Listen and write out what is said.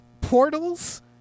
portals